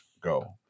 go